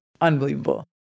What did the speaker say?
unbelievable